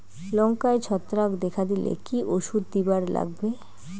লঙ্কায় ছত্রাক দেখা দিলে কি ওষুধ দিবার লাগবে?